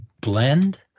blend